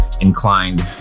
inclined